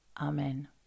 Amen